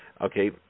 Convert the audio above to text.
Okay